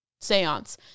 seance